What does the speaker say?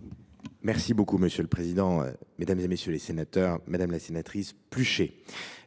leurs installations. La parole est à M. le ministre délégué. Madame la sénatrice Pluchet,